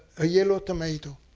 a yellow tomato,